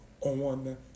on